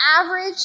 average